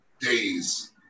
days